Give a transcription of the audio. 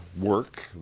work